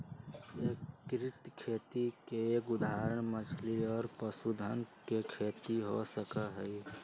एकीकृत खेती के एक उदाहरण मछली और पशुधन के खेती हो सका हई